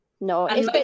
no